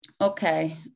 Okay